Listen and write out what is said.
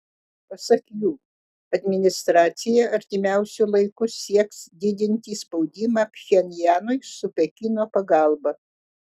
pasak jų administracija artimiausiu laiku sieks didinti spaudimą pchenjanui su pekino pagalba